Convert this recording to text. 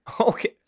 okay